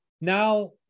Now